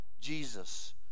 jesus